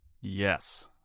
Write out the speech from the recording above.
yes